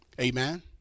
Amen